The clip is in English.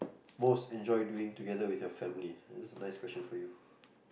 most enjoy doing together with your family this is a nice question for you